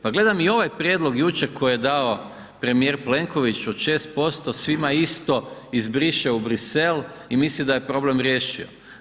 Pa gledam i ovaj prijedlog jučer kojeg je dao premijer Plenković od 6% svima isto i zbriše u Brisel i misli da je problem riješio.